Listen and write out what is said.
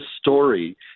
story